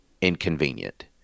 inconvenient